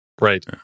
right